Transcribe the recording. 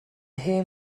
hen